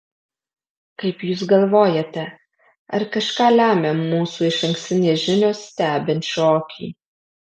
kaip jūs galvojate ar kažką lemia mūsų išankstinės žinios stebint šokį